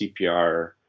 CPR